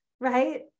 right